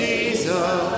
Jesus